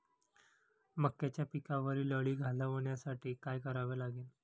मक्याच्या पिकावरील अळी घालवण्यासाठी काय करावे लागेल?